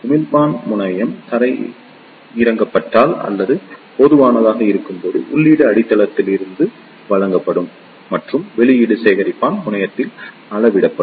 உமிழ்ப்பான் முனையம் தரையிறக்கப்பட்டால் அல்லது பொதுவானதாக இருக்கும்போது உள்ளீடு அடித்தளத்திற்கு வழங்கப்படும் மற்றும் வெளியீடு சேகரிப்பான் முனையத்தில் அளவிடப்படும்